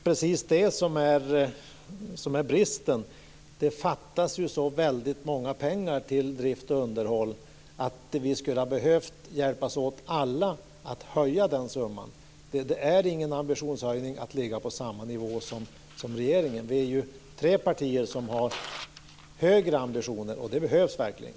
Fru talman! Det är ju precis det som är bristen. Det fattas ju så väldigt mycket pengar till drift och underhåll att vi alla hade behövt hjälpas åt att höja den summan. Det är ingen ambitionshöjning att ligga på samma nivå som regeringen. Det är ju tre partier som har högre ambitioner, och det behövs verkligen.